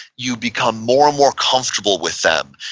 you become more and more comfortable with them.